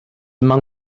among